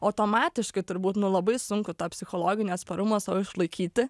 automatiškai turbūt nu labai sunku tą psichologinį atsparumą sau išlaikyti